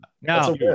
Now